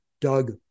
Doug